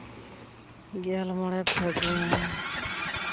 ᱜᱮᱞ ᱢᱚᱬᱮ ᱯᱷᱟᱹᱜᱩᱱ